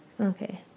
Okay